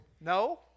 No